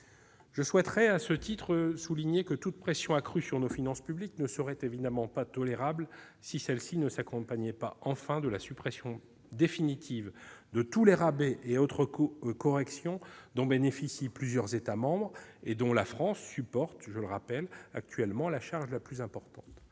Je souhaiterais souligner à ce titre que toute pression accrue sur nos finances publiques ne serait évidemment pas tolérable, si elle ne s'accompagnait pas- enfin ! -de la suppression définitive de tous les rabais et autres corrections dont bénéficient plusieurs États membres et dont la France supporte actuellement la charge la plus importante.